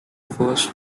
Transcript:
first